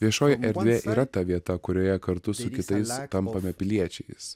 viešoji erdvė yra ta vieta kurioje kartu su kitais tampame piliečiais